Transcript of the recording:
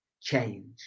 change